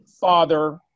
father